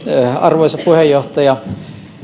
arvoisa puheenjohtaja